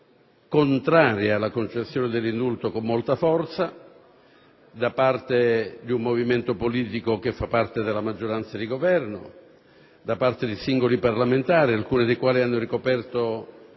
contrarie alla concessione dell'indulto con molta forza da parte di un movimento politico che fa parte della maggioranza di Governo, di singoli parlamentari, alcuni dei quali hanno ricoperto